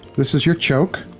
this is your choke,